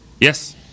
Yes